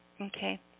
Okay